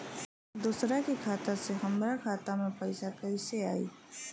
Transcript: दूसरा के खाता से हमरा खाता में पैसा कैसे आई?